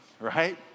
right